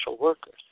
workers